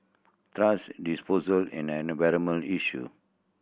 thrash disposal is an environmental issue